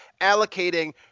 allocating